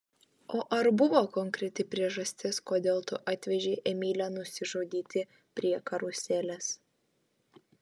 o ar buvo konkreti priežastis kodėl tu atvežei emilę nusižudyti prie karuselės